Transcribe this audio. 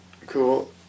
Cool